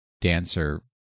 dancer